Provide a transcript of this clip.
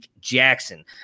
Jackson